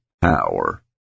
power